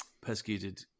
persecuted